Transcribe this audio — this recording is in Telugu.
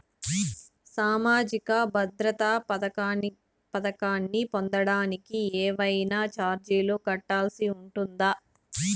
సామాజిక భద్రత పథకాన్ని పొందడానికి ఏవైనా చార్జీలు కట్టాల్సి ఉంటుందా?